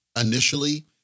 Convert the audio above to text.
initially